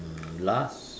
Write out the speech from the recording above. uh you laugh